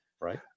Right